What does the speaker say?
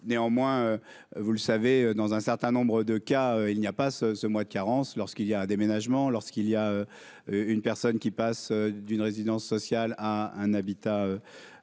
néanmoins, vous le savez, dans un certain nombre de cas, il n'y a pas ce ce mois de carence lorsqu'il y a un déménagement lorsqu'il y a une personne qui passe d'une résidence sociale à un habitat pérenne